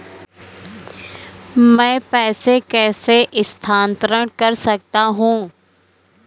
मैं पैसे कैसे स्थानांतरण कर सकता हूँ?